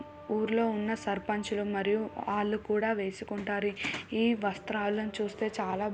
ఊర్లో ఉన్న సర్పంచులు మరియు ఆళ్ళు కూడా వేసుకుంటారు ఈ వస్త్రాలను చూస్తే చాలా